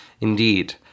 Indeed